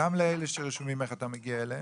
גם לאלו הרשומים איך אתה מגיע אליהם,